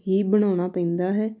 ਹੀ ਬਣਾਉਣਾ ਪੈਂਦਾ ਹੈ